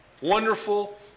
wonderful